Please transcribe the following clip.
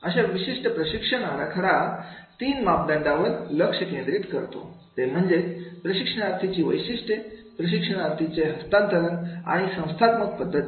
अशा विशिष्ट प्रशिक्षणाचा आराखडा तीन मापदंदंडांवर लक्ष केंद्रित करतो ते म्हणजे प्रशिक्षणार्थीची वैशिष्ट्ये प्रशिक्षणाचे हस्तांतरण आणि संस्थात्मक पद्धती